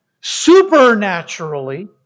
supernaturally